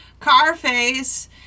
Carface